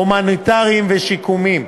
הומניטריים ושיקומיים.